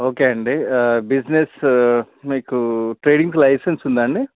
okay అండి business మీకు ట్రేడింగ్కి లైసెన్స్ ఉందా అండి